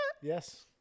Yes